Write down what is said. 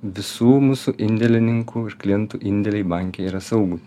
visų mūsų indėlininkų ir klientų indėliai banke yra saugūs